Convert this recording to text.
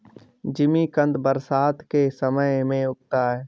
जिमीकंद बरसात के समय में उगता है